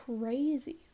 crazy